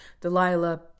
Delilah